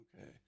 Okay